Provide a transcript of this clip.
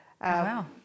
Wow